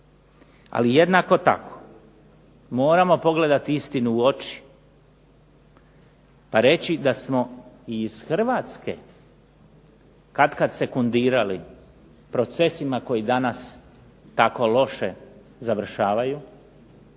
Ali jednako tako moramo pogledati istini u oči pa reći da smo iz Hrvatske katkad sekundirali procesima koji danas tako loše završavaju